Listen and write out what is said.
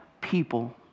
people